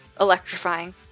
electrifying